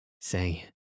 Say